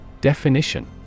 Definition